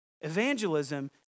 evangelism